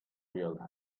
realized